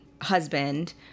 husband